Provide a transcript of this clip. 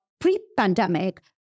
pre-pandemic